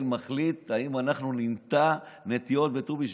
מחליט אם אנחנו ניטע נטיעות בט"ו בשבט.